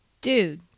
Dude